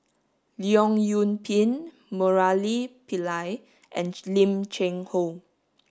Leong Yoon Pin Murali Pillai and Lim Cheng Hoe